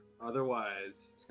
Otherwise